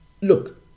Look